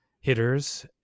hitters